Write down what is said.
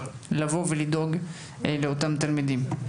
לדאוג לאותם תלמידים.